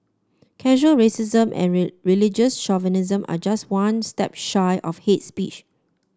casual racism and religious chauvinism are just one step shy of hate speech